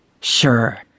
Sure